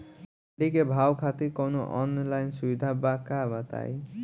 मंडी के भाव खातिर कवनो ऑनलाइन सुविधा बा का बताई?